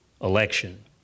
election